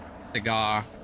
cigar